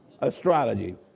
Astrology